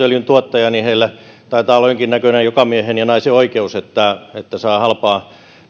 öljyntuottajia ja heillä taitaa olla jonkinnäköinen jokamiehen ja naisen oikeus että saa halpaa